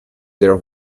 their